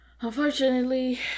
Unfortunately